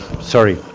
sorry